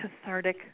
cathartic